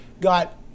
got